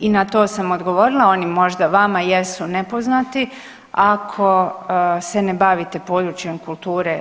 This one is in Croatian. I na to sam odgovorila, oni možda vama jesu nepoznati, ako se ne bavite područjem kulture